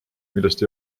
millest